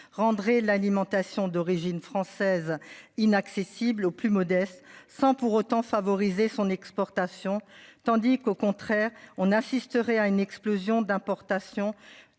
rendrait l'alimentation d'origine française inaccessible aux plus modestes sans pour autant favoriser son exportation tandis qu'au contraire on assisterait à une explosion d'importation.